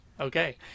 Okay